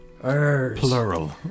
Plural